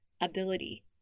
ability